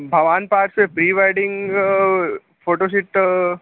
भवान् पार्श्वे pre wedding photoshoot